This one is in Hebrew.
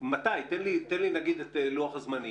תן לי את לוח הזמנים.